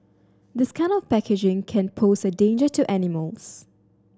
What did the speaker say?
this kind of packaging can pose a danger to animals